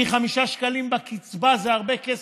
כי 5 שקלים בקצבה זה הרבה כסף,